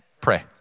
Pray